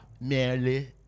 merely